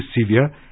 severe